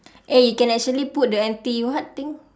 eh you can actually put the anti what thing